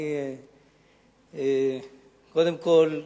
קודם כול,